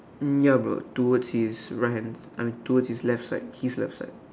ya but towards his right hand I mean towards his left side his left side